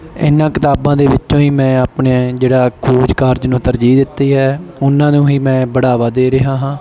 ਇਹਨਾਂ ਕਿਤਾਬਾਂ ਦੇ ਵਿੱਚੋਂ ਹੀ ਮੈਂ ਆਪਣੇ ਜਿਹੜਾ ਖੋਜ ਕਾਰਜ ਨੂੰ ਤਰਜੀਹ ਦਿੱਤੀ ਹੈ ਉਹਨਾਂ ਨੂੰ ਹੀ ਮੈਂ ਬੜਾਵਾ ਦੇ ਰਿਹਾ ਹਾਂ